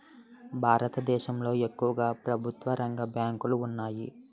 భారతదేశంలో ఎక్కువుగా ప్రభుత్వరంగ బ్యాంకులు ఉన్నాయి